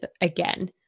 again